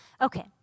Okay